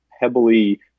heavily